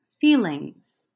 feelings